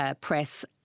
press